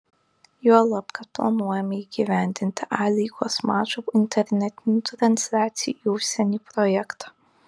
juolab kad planuojame įgyvendinti a lygos mačų internetinių transliacijų į užsienį projektą